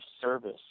service